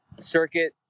circuit